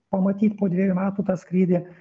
pamatyt po dviejų metų tą skrydį